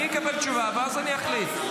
אקבל תשובה ואז אחליט.